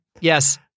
yes